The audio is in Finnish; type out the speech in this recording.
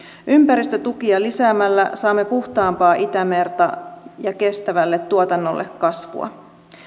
ympäristötukia lisäämällä saamme puhtaampaa itämerta ja kestävälle tuotannolle kasvua